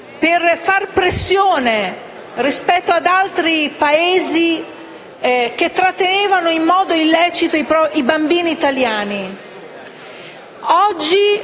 per far pressione rispetto ad altri Paesi che trattenevano in modo illecito i bambini italiani.